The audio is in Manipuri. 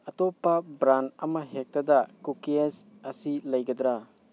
ꯑꯇꯣꯞꯄ ꯕ꯭ꯔꯥꯟ ꯑꯃ ꯍꯦꯛꯇꯗ ꯀꯎꯛꯤꯌꯦꯁ ꯑꯁꯤ ꯂꯩꯒꯗ꯭ꯔꯥ